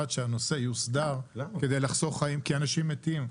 עד שהנושא יוסדר, כדי לחסוך חיים, כי אנשים מתים.